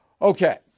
Okay